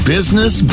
Business